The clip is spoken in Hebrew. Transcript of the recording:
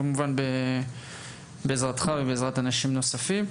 כמובן בעזרתך ובעזרת אנשים נוספים.